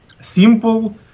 simple